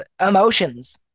emotions